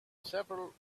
several